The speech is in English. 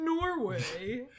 Norway